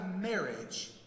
marriage